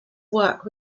work